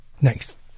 next